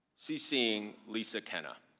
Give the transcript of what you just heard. seeing lisa kenna.